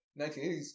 1980s